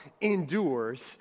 endures